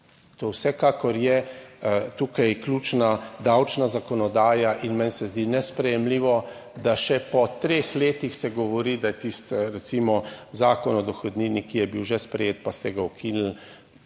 To vsekakor je tukaj ključna davčna zakonodaja. In meni se zdi nesprejemljivo, da še po treh letih se govori, da je tisti, recimo Zakon o dohodnini, ki je bil že sprejet, pa ste ga ukinili,